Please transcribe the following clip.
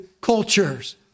cultures